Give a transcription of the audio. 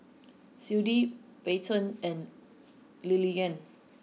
Clydie Bryton and Lillianna